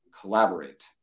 collaborate